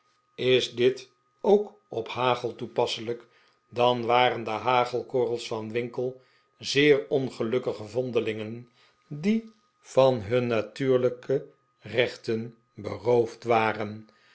is dit ook op hagel toepasselijk dan waren de hagelkorrels van winkle zeker ongelukkige vondelingen die van hun natuurlijke rechten beroofd waren